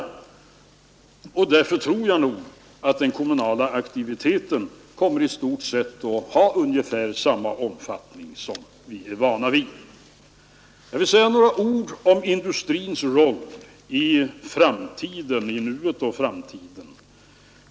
Därför tror jag att den kommunala aktiviteten kommer att i stort sett ha samma omfattning som vi är vana vid. Jag vill säga några ord om industrins roll i nuet och i framtiden.